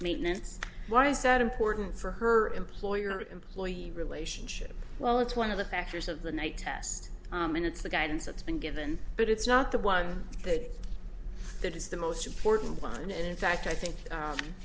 maintenance why is that important for her employer employee relationship well it's one of the factors of the night test and it's the guidance that's been given but it's not the one that that is the most important plan and in fact i think